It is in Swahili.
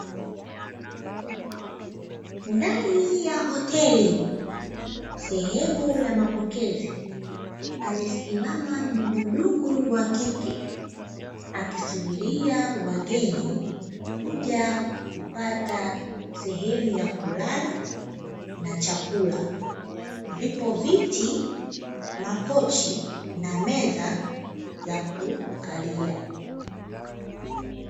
Ndani ya hoteli sehemu ya mapokezi, amesimama mhudumu wa kike, akisubiria wageni kuja kupata sehemu ya kulala na chakula, viko viti, makochi na meza za kukalia.